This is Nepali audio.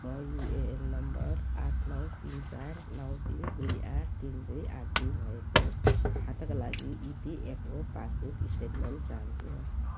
म युएएन नम्बर आठ नौ तिन चार नौ तिन दुई आठ तिन दुई आठ दुई भएको खाताका लागि इपिएफओ पासबुक स्टेटमेन्ट चाहन्छु